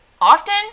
often